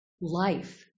life